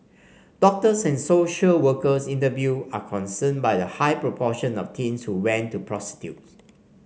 doctors and social workers interviewed are concerned by the high proportion of teens who went to prostitutes